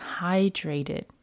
hydrated